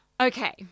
Okay